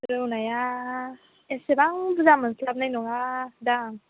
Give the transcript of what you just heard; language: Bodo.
रौ नाया एसेबां बुरजा मोनस्लाबनाय नङा दा